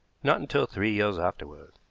not until three years afterward.